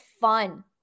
fun